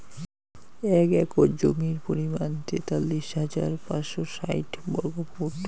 এক একর জমির পরিমাণ তেতাল্লিশ হাজার পাঁচশ ষাইট বর্গফুট